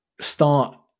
start